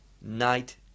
Night